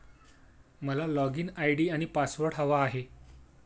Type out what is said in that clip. मला login ID आणि password हवा आहे